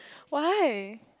why